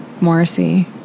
Morrissey